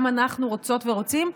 גם אנחנו רוצות ורוצים.